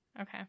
okay